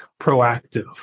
proactive